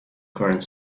current